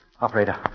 Operator